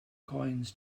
coins